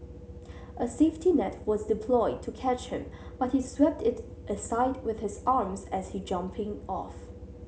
a safety net was deployed to catch him but he swept it aside with his arms as he jumping off